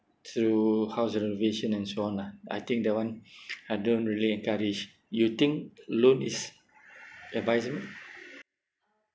through house renovation and so on lah I think that one I don't really encourage you think loan is advisable